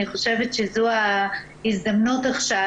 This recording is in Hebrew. אני חושבת שזו ההזדמנות עכשיו,